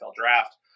draft